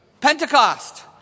Pentecost